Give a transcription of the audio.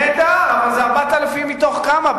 נהדר, אבל זה 4,000 מתוך כמה?